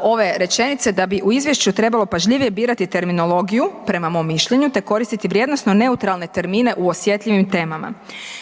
ove rečenice „da bi u Izvješću trebalo pažljivije birati terminologiju“ prema mom mišljenju, „te koristit vrijednosno neutralne termine u osjetljivim temama“.